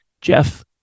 Jeff